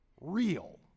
real